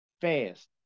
fast